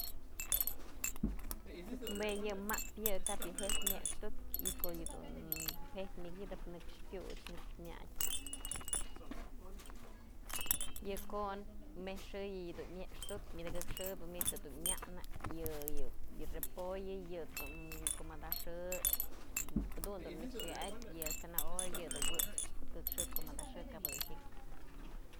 Jue yë map yë, kap yë je'ijk myëxtuk y ko'o yë dun je'ijkë n]ëx pyuch, myadë, yë kon mët'sëyë yëdun myëxtuk, myë tëkëk xëbë manyt jedun myat'në, yë repollo yët's dun ku madax xëja jadun dun nëx wa'atyë, yë zanahoria yë dun wët'spë ku tëkëk ku madax xë kaba dun jyek.